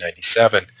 1997